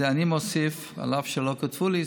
את זה אני מוסיף אף על פי שלא כתבו לי,